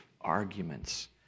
arguments